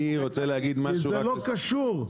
כי זה לא קשור,